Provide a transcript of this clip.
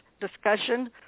discussion